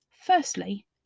Firstly